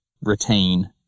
retain